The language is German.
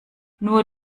nur